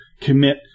commit